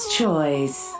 choice